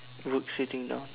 work sitting down